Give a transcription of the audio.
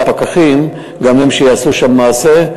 הפקחים גם הם יעשו שם מעשה,